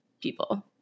people